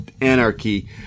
anarchy